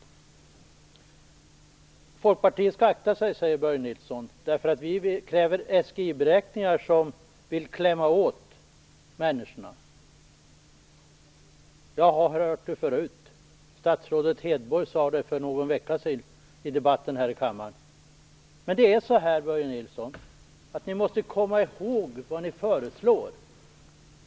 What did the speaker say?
Vi i Folkpartiet skall, enligt Börje Nilsson, akta oss därför att vi kräver SGI-beräkningar för att klämma åt människorna. Detta har jag hört förut. Statsrådet Anna Hedborg sade det för någon vecka sedan i en debatt här i kammaren. Men, Börje Nilsson, ni måste komma ihåg vad ni föreslår!